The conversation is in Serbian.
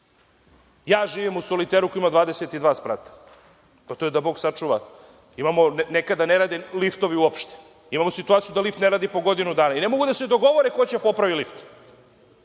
Ja živim u soliteru koji ima 22 sprata. To je da Bog sačuva. Nekada ne rade liftovi uopšte. Imamo situaciju da lift ne radi po godinu dana i ne mogu da se dogovore ko će da popravi lift.